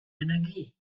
energie